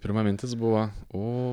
pirma mintis buvo o